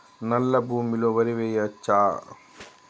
నల్లా భూమి లో వరి వేయచ్చా?